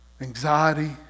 anxiety